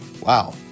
Wow